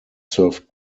served